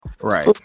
Right